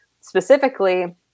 specifically